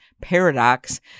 Paradox